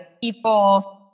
people